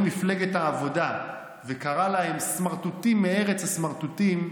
מפלגת העבודה וקרא להם "סמרטוטים מארץ הסמרטוטים"